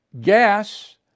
Gas